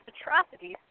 atrocities